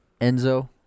Enzo